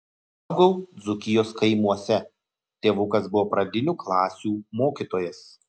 augau dzūkijos kaimuose tėvukas buvo pradinių klasių mokytojas